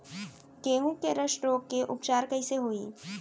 गेहूँ के रस्ट रोग के उपचार कइसे होही?